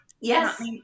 Yes